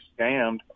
scammed